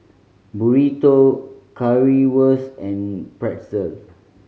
Burrito Currywurst and Pretzel